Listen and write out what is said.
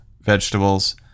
vegetables